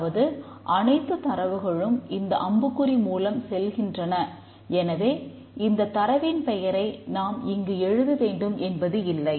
அதாவது அனைத்துத் தரவுகளும் இந்த அம்புக்குறி மூலம் செல்கின்றன எனவே இந்த தரவின் பெயரை நாம் இங்கு எழுத வேண்டும் என்பது இல்லை